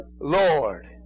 Lord